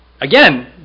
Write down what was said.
again